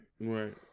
Right